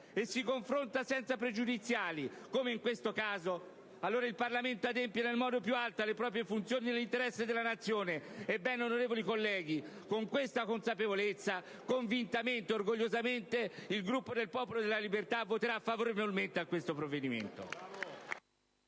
correttamente il suo ruolo, possiamo affermare che il Parlamento adempie nel modo più alto alle proprie funzioni nell'interesse della Nazione. Ebbene, onorevoli colleghi, con questa consapevolezza, convintamente, orgogliosamente, il Gruppo del Popolo della Libertà voterà favorevolmente su questo provvedimento.